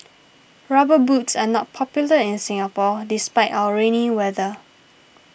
rubber boots are not popular in Singapore despite our rainy weather